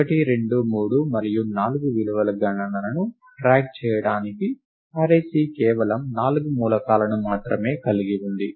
1 2 3 మరియు 4 విలువల గణనలను ట్రాక్ చేయడానికి అర్రే C కేవలం 4 మూలకాలను మాత్రమే కలిగి ఉంది